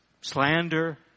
slander